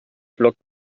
flockt